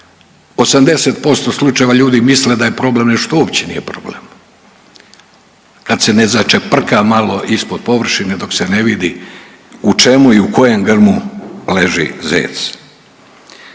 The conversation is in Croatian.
80% slučajeva ljudi misle da je problem što uopće nije problem kad se na začeprka malo ispod površine dok se ne vidi u čemu i u kojem grmu leži zec.